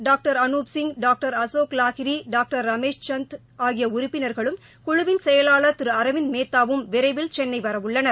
doctor Anup Singh doctor Ashok Lahiri doctor Ramesh Chand கியஉறுப்பிளர்களும் குழுவின் செயலாளர் திருஅரவிந்த் மேத்தாவும் விரைவில் சென்னை வரவுள்ளனர்